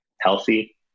healthy